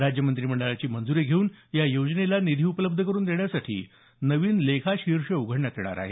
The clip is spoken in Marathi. राज्य मंत्रिमंडळाची मंजुरी घेऊन या योजनेला निधी उपलब्ध करुन देण्यासाठी नवीन लेखाशीर्ष उघडण्यात येणार आहे